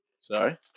Sorry